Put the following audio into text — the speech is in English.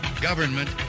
Government